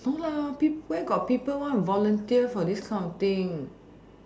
no lah peo~ where got people want to volunteer for this kind of thing